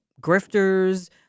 grifters